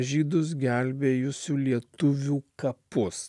žydus gelbėjusių lietuvių kapus